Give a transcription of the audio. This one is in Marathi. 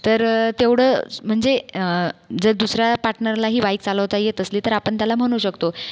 तर तेवढं म्हणजे जर दुसरा पार्टनरलाही बाईक चालवता येत असली तर आपण त्याला म्हणू शकतो